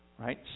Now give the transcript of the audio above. Right